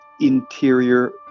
interior